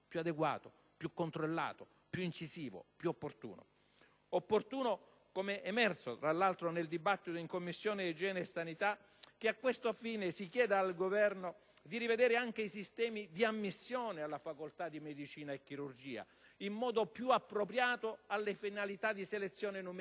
più adeguato, più controllato, più incisivo, più opportuno. È altresì opportuno, come emerso tra l'altro nel dibattito in Commissione igiene e sanità, che a questo fine si chieda al Governo di rivedere anche i sistemi di selezione di ammissione alla facoltà di medicina e chirurgia, in modo più appropriato alle finalità di selezione numerica